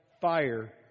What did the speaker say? fire